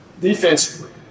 Defensively